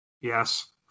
Yes